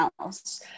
else